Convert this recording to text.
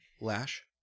Lash